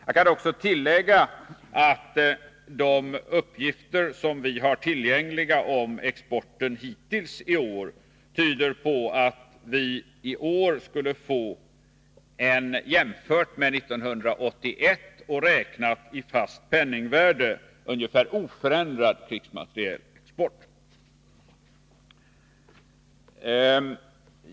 Jag kan också tillägga att de uppgifter som vi har tillgängliga om exporten hittills i år tyder på att vii år skulle få en, jämfört med 1981 och räknat i fast penningvärde, ungefär oförändrad krigsmaterielexport.